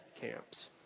camps